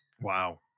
Wow